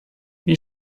wie